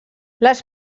les